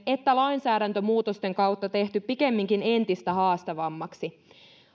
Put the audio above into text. että lainsäädäntömuutosten kautta tehty pikemminkin entistä haastavammaksi